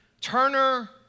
Turner